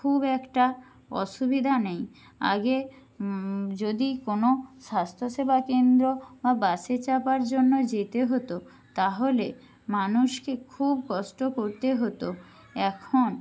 খুব একটা অসুবিধা নেই আগে যদি কোনো স্বাস্থ্যসেবা কেন্দ্র বা বাসে চাপার জন্য যেতে হতো তাহলে মানুষকে খুব কষ্ট করতে হতো এখন